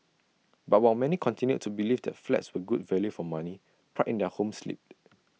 but while many continued to believe that flats were good value for money pride in their homes slipped